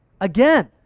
again